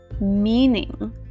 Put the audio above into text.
meaning